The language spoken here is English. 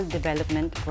Development